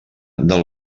del